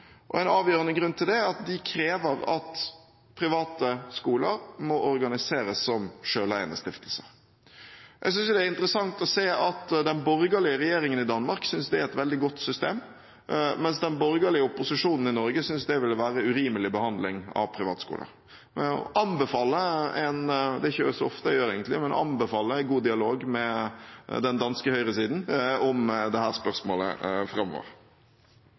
hatt. En avgjørende grunn til det er at de krever at private skoler må organiseres som selveiende stiftelser. Jeg synes det er interessant å se at den borgerlige regjeringen i Danmark synes det er et veldig godt system, mens den borgerlige opposisjonen i Norge synes det ville være en urimelig behandling av privatskoler. Jeg vil anbefale – det er ikke så ofte jeg gjør det – en god dialog med den danske høyresiden om dette spørsmålet framover.